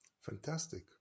fantastic